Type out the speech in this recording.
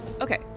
Okay